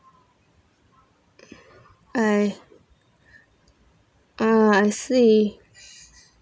I uh I see